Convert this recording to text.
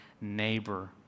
neighbor